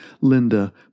Linda